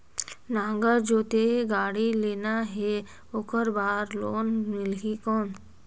नागर जोते गाड़ी लेना हे ओकर बार लोन मिलही कौन?